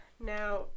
now